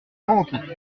rente